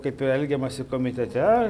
kaip elgiamasi komitete